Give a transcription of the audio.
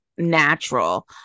natural